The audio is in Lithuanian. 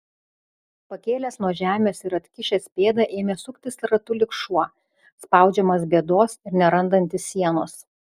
pakėlęs nuo žemės ir atkišęs pėdą ėmė suktis ratu lyg šuo spaudžiamas bėdos ir nerandantis sienos